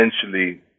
essentially